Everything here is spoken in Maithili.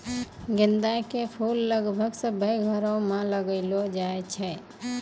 गेंदा के फूल लगभग सभ्भे घरो मे लगैलो जाय छै